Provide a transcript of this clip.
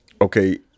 okay